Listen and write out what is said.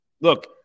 look